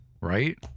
right